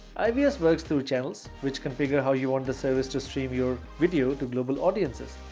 ivs works through channels, which configure how you want the service to stream your video to global audiences.